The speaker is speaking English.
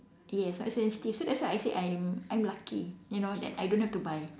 yes not sensitive so that's why I said I'm I'm lucky you know that I don't have to buy